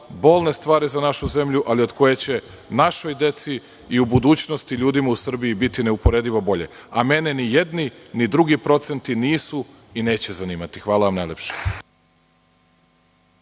bolne stvari za našu zemlju, ali od koje će našoj deci i u budućnosti ljudima u Srbiji biti neuporedivo bolje. Mene ni jedni ni drugi procenti nisu i neće zanimati. Hvala najlepše.